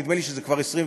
נדמה לי שזה כבר 26,